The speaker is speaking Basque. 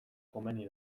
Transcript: komeni